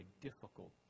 difficult